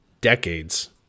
decades